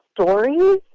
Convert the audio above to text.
stories